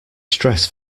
stress